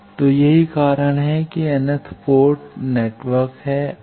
तो यही कारण है कि nth पोर्ट नेटवर्क है अब